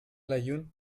aaiún